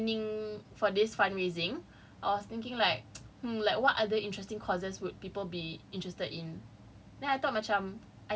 I was dengan tengah planning for this fundraising I was thinking like hmm like what other interesting courses would people be interested in